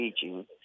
teaching